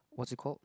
what's it called